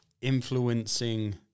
influencing